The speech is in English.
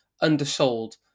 undersold